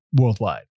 worldwide